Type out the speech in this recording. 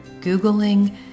Googling